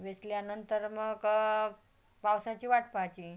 वेचल्यानंतर मग पावसाची वाट पहायची